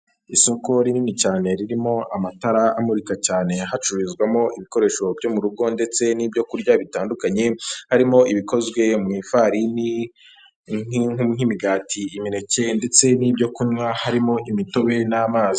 Isoko rinini cyane ririmo amatara amurika cyane, hacururizwamo ibikoresho byo mu rugo ndetse n'ibyokurya bitandukanye harimo ibikozwe mu ifarini nk'imigati, imineke, ndetse n'ibyokunywa harimo imitobe n'amazi.